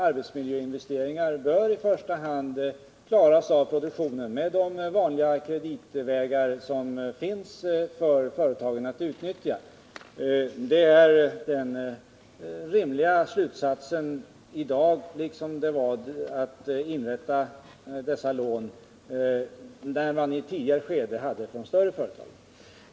Arbetsmiljöinvesteringarna bör i första hand klaras av med hjälp av de vanliga kreditvägar som finns för företagen att utnyttja. Samma regler bör gälla för både de stora och de mindre företagen.